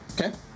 Okay